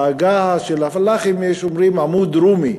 בעגה של הפלאחים יש אומרים עמוד רוּמִי,